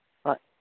ਹਾਂ